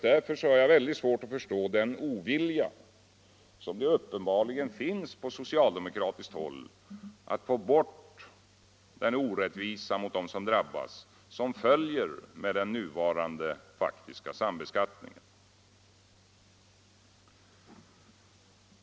Därför har jag väldigt svårt att förstå den ovilja som uppenbarligen finns på socialdemokratiskt håll att få bort den orättvisa mot dem som drabbas som följer med den nuvarande faktiska sambeskattningen.